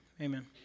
Amen